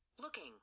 Looking